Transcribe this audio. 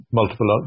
multiple